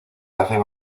hacen